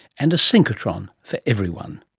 and a synchrotron for everyone